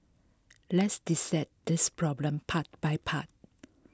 let's dissect this problem part by part